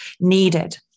needed